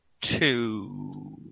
Two